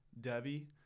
Debbie